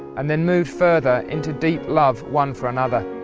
and then moved further into deep love one for another,